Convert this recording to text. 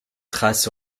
thrace